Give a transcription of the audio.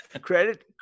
Credit